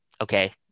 okay